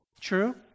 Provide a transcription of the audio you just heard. True